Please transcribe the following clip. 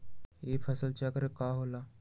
ई फसल चक्रण का होला?